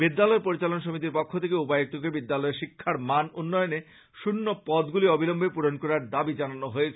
বিদ্যালয় পরিচালন সমিতির পক্ষ থেকে উপায়ুক্তকে বিদ্যালয়ের শিক্ষার মান উন্নয়নে শূন্য পদগুলি অবিলম্বে পূরন করার দাবী জানিয়েছেন